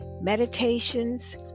meditations